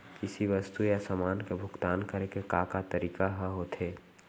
किसी वस्तु या समान के भुगतान करे के का का तरीका ह होथे?